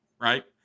right